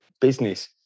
business